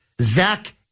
Zach